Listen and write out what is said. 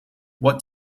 what